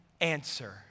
answer